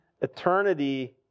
Eternity